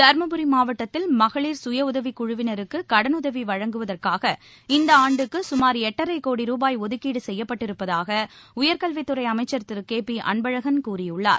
தர்மபுரி மாவட்டத்தில் மகளிர் சுயஉதவிக் குழுவினருக்கு கடனுதவி வழங்குவதற்காக இந்த ஆண்டுக்கு சுமார் எட்டரை கோடி ருபாய் ஒதுக்கீடு செய்யப்பட்டிருப்பதாக உயர்கல்வித்துறை அமைச்சர் திரு கே பி அன்பழகன் கூறியுள்ளார்